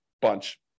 bunch